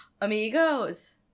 Amigos